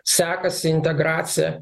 sekasi integracija